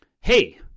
Hey